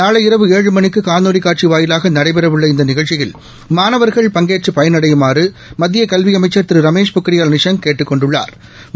நாளை இரவு ஏழு மணிக்கு காணொலி காட்சி வாயிலாக நடைபெறவுள்ள இந்த நிகழ்ச்சியில் மாணவர்கள் பங்கேற்று பயனடையுமாறு மத்திய கல்வி அமைச்சர் திரு ரமேஷ் பொக்ரியால் நிஷாங் கேட்டுக் கொண்டுள்ளாா்